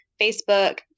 Facebook